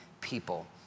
people